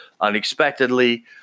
unexpectedly